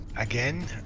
again